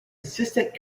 assistant